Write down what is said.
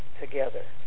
together